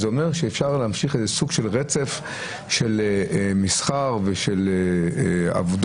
וזה אומר שאפשר להמשיך איזה סוג של רצף של מסחר ושל עבודות,